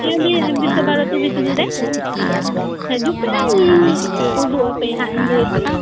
ᱪᱮᱫ ᱟᱢ ᱞᱟᱹᱭᱮᱫᱼᱟ ᱵᱤᱥᱥᱚᱵᱷᱟᱨᱚᱛᱤ ᱵᱷᱤᱛᱨᱤ ᱨᱮ ᱦᱩᱸ ᱦᱤᱡᱩᱜ ᱯᱮ ᱦᱟᱸᱜ ᱩᱫᱩᱜ ᱟᱯᱮᱭᱟᱹᱧ ᱞᱟᱹᱭ ᱟᱯᱮᱭᱟ